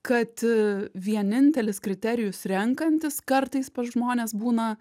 kad vienintelis kriterijus renkantis kartais pas žmones būna